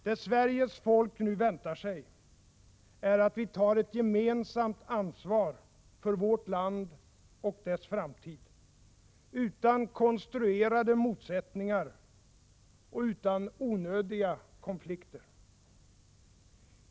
Det Sveriges folk nu väntar sig är att vi tar ett gemensamt ansvar för vårt land och dess framtid utan konstruerade motsättningar och utan onödiga konflikter.